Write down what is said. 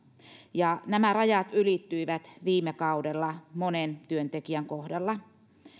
nämä rajat ylittyivät viime kaudella monen työntekijän kohdalla